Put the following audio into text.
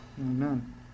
Amen